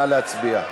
נא להצביע.